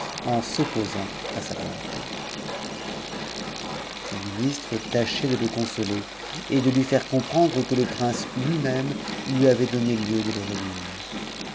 en s'op os jit à sa volonté ce ministre tâchait de le consoler et de lui faire comprendre que le prince lui-même lui avait donné lieu de le réduire